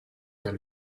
dal